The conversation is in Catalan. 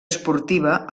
esportiva